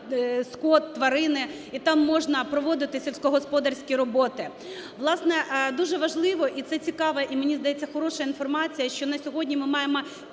скот, тварин, і там можна проводити сільськогосподарські роботи. Власне, дуже важливо і це цікава, і мені здається, хороша інформація, що на сьогодні ми маємо